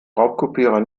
raubkopierer